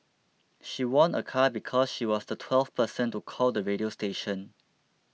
she won a car because she was the twelfth person to call the radio station